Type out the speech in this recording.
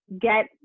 get